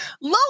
low